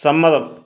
സമ്മതം